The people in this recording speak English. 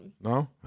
No